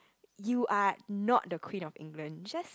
you are not the Queen of England just